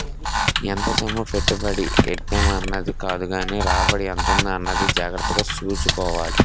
ఎంత సొమ్ము పెట్టుబడి ఎట్టేం అన్నది కాదుగానీ రాబడి ఎంతుంది అన్నది జాగ్రత్తగా సూసుకోవాలి